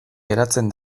geratzen